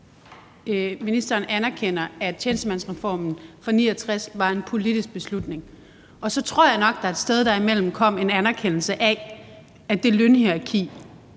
ministeren anerkender, at tjenestemandsreformen fra 1969 var en politisk beslutning. Og så tror jeg nok, at der et sted derimellem kom en anerkendelse af, at det lønhierarki